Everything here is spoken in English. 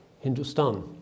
Hindustan